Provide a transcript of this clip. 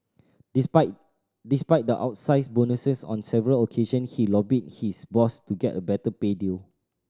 despite despite the outsize bonuses on several occasion he lobbied his boss to get a better pay deal